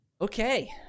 Okay